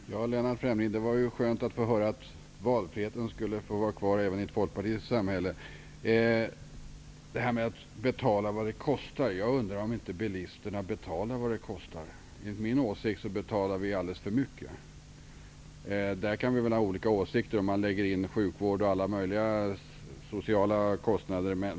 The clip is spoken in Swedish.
Herr talman! Lennart Fremling, det var skönt att höra att valfriheten skulle få vara kvar även i ett folkpartistiskt samhälle. Jag undrar dock om inte bilisterna betalar vad det kostar. Enligt min åsikt betalar vi alldeles för mycket. Där kan vi ha olika åsikter om man lägger in sjukvård och alla möjliga sociala kostnader.